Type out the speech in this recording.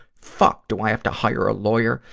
fuck, do i have to hire a lawyer?